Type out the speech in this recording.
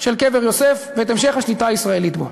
של קבר יוסף והמשך השליטה הישראלית בו.